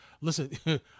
listen